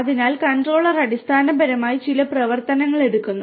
അതിനാൽ കൺട്രോളർ അടിസ്ഥാനപരമായി ചില പ്രവർത്തനങ്ങൾ എടുക്കുന്നു